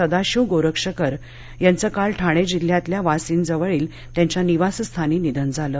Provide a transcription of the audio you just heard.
सदाशिव गोरक्षकर यांचं काल ठाणे जिल्ह्यातल्या वासिंदजवळील त्यांच्या निवासस्थानी निधन झालं